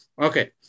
Okay